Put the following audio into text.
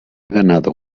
ganado